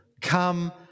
Come